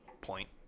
Point